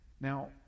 now